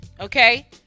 Okay